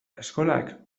eskolak